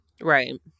Right